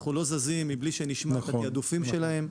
אנחנו לא זזים מבלי שנשמע את התעדופים שלהם.